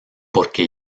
porque